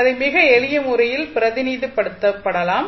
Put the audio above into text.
அதை மிகச் எளிய முறையில் பிரதிநிதித்துவப்படுத்தலாம்